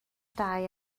dau